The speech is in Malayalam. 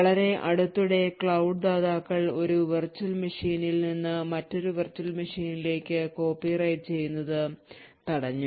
വളരെ അടുത്തിടെ ക്ലൌഡ് ദാതാക്കൾ ഒരു വെർച്വൽ മെഷീനിൽ നിന്ന് മറ്റൊരു വെർച്വൽ മെഷീനിലേക്ക് copy റൈറ്റു ചെയ്യുന്നത് തടഞ്ഞു